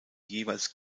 jeweils